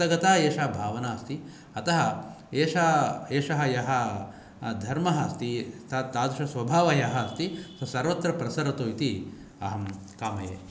रक्तगता एषा भावना अस्ति अतः एषा एषः यः धर्मः अस्ति ता तादृशस्वभावः यः अस्ति तद् सर्वत्र प्रसरतु अस्ति अहं कामये